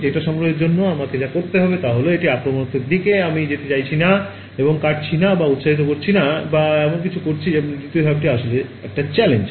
data সংগ্রহের জন্য আমাকে যা করতে হবে তা হল এটির আক্রমণাত্মক দিকে আমি যাচ্ছি না এবং কাটছি না বা উত্সাহিত করছি না বা এর মতো কিছু করছি এবং দ্বিতীয় ধাপটি যেখানে আসল চ্যালেঞ্জ